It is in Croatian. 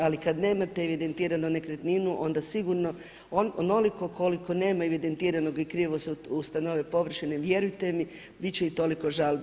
Ali kad nemate evidentirano nekretninu onda sigurno onoliko koliko nema evidentiranog i krivo se ustanovi površina, vjerujte mi bit će i toliko žalbi.